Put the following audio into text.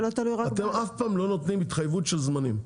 זה לא תלוי רק ב --- אתם אף פעם לא נותנים התחייבות של זמנים.